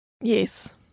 Yes